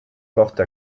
porte